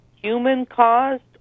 human-caused